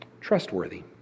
trustworthy